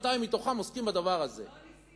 200 מהם עוסקים בדבר הזה.